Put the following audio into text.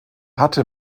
hatte